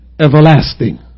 everlasting